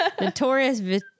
Notorious